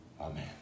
Amen